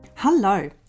Hello